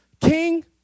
king